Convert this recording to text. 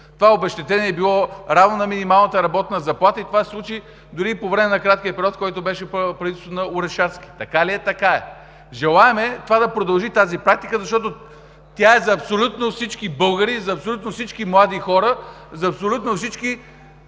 това обезщетение е било равно на минималната работна заплата. Това се случи дори и по време на краткия период, в който беше правителството на Орешарски. Така ли е? Така е! Желаем да продължи тази практика, защото тя е за абсолютно всички българи, за абсолютно всички млади хора, за абсолютно всички,